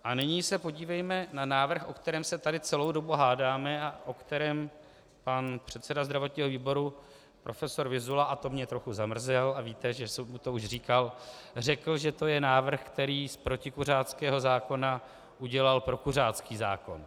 A nyní se podívejme na návrh, o kterém se tady celou dobu hádáme a o kterém pan předseda zdravotního výboru profesor Vyzula a to mě trochu zamrzelo a víte, že to už jsem říkal řekl, že to je návrh, který z protikuřáckého zákona udělal prokuřácký zákon.